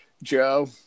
Joe